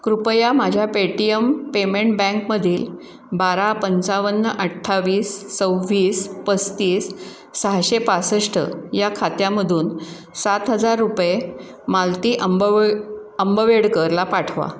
कृपया माझ्या Paytm payment बँकमधील बारा पंचावन्न अठ्ठावीस सव्वीस पस्तीस सहाशे पासष्ट या खात्यामधून सात हजार रुपये मालती अंबव अंबवेडकरला पाठवा